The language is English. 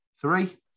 Three